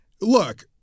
look